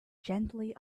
gently